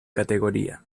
categoría